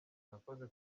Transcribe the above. mwakoze